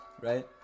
right